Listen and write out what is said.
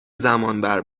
زمانبر